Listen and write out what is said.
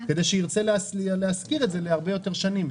כדי שירצה להשכיר להרבה יותר שנים.